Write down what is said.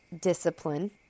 discipline